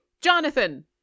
Jonathan